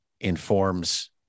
informs